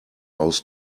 aus